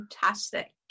Fantastic